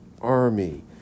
army